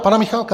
Pana Michálka.